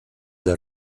del